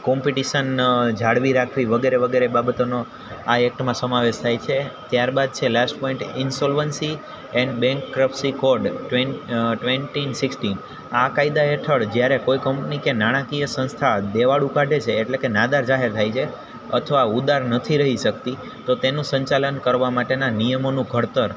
competition જાળવી રાખવી વગેરે વગેરે બાબતોનો આ એક્ટમાં સમાવેસ થાય છે ત્યાર બાદ છે last point insolvency and bankruptcy code twenty sixteen આ કાયદા હેઠળ જ્યારે કોઈ કંપની કે નાણાંકીય સંસ્થા દેવાળું કાઢે છે એટલે કે નાદાર જાહેર થાય છે અથવા ઉદાર નથી રહી શકતી તો તેનું સંચાલન કરવા માટેના નિયમોનું ઘડતર